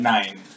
Nine